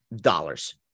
dollars